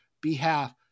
behalf